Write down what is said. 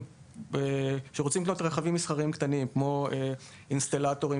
כמו אינסטלטור,